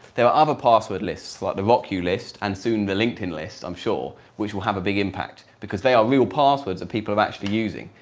there are other password lists, like the rockyou list and soon the linkedin list, i'm sure, which will have a big impact because they are real passwords of people are actually using,